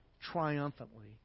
triumphantly